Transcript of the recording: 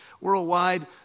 Worldwide